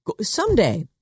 someday